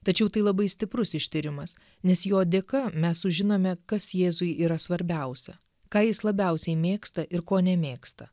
tačiau tai labai stiprus ištyrimas nes jo dėka mes sužinome kas jėzui yra svarbiausia ką jis labiausiai mėgsta ir ko nemėgsta